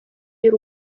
y’u